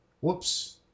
Whoops